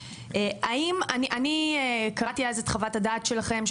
אני קראתי אז את חוות הדעת שלכם,